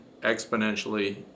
exponentially